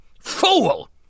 fool